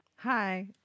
Hi